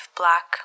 black